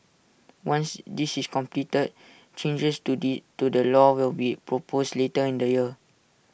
once this is completed changes to the to the law will be proposed later in the year